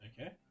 Okay